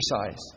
exercise